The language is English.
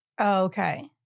Okay